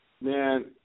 Man